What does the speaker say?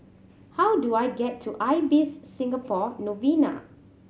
how do I get to Ibis Singapore Novena